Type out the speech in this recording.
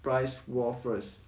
price war first